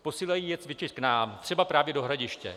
Posílají je cvičit k nám třeba právě do Hradiště.